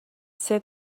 said